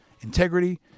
Integrity